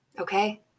okay